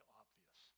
obvious